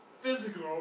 physical